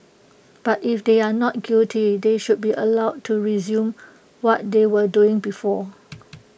but if they are not guilty they should be allowed to resume what they were doing before